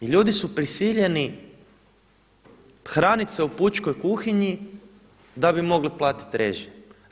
I ljudi su prisiljeni hraniti se u pučkoj kuhinji da bi mogli platiti režije.